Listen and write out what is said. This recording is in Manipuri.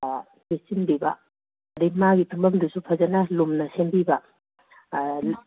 ꯂꯤꯠꯁꯤꯟꯕꯤꯕ ꯑꯗꯒꯤ ꯃꯥꯒꯤ ꯇꯨꯝꯐꯝꯗꯨꯁꯨ ꯐꯖꯅ ꯂꯨꯝꯅ ꯁꯦꯝꯕꯤꯕ